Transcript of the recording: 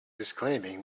disclaiming